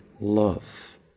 love